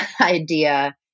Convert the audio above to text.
idea